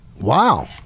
Wow